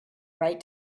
write